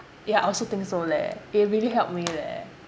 ya I also think so leh it really helped me leh